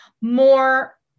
more